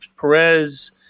Perez